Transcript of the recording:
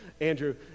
Andrew